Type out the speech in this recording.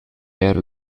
era